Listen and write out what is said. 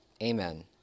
Amen